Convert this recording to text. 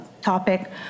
topic